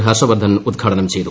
ഹർഷ്വർദ്ധൻ ഉദ്ഘാടനം ചെയ്തു